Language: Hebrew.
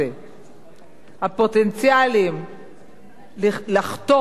הפוטנציאלים לחטוא בכתיבה בעברית,